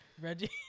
Reggie